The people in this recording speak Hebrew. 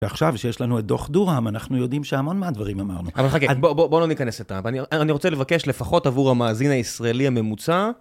ועכשיו שיש לנו את דוח דורעם, אנחנו יודעים שהמון מהדברים אמרנו. אבל חכה, בואו לא ניכנס איתם. אני רוצה לבקש לפחות עבור המאזין הישראלי הממוצע.